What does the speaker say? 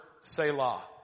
Selah